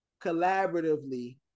collaboratively